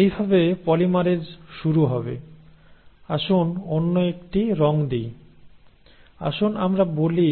এইভাবে পলিমারেজ শুরু হবে আসুন অন্য একটি রঙ দিই আসুন আমরা বলি